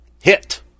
hit